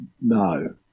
no